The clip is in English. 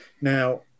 Now